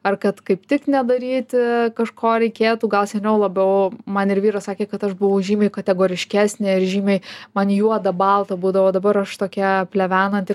ar kad kaip tik nedaryti kažko reikėtų gal seniau labiau man ir vyras sakė kad aš buvau žymiai kategoriškesnė ir žymiai man juoda balta būdavo dabar aš tokia plevenanti